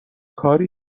کاری